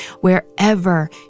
wherever